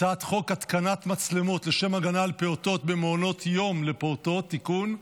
הצעת חוק התקנת מצלמות לשם הגנה על פעוטות במעונות יום לפעוטות (תיקון),